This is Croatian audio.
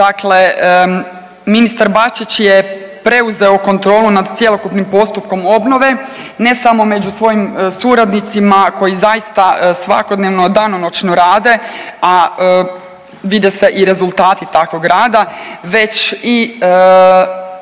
Dakle, ministar Bačić je preuzeo kontrolu nad cjelokupnim postupkom obnove ne samo među svojim suradnicima koji zaista svakodnevno danonoćno rade, a vide se i rezultati takvog rada, već i